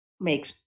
makes